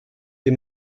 des